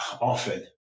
often